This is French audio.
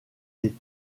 des